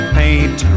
paint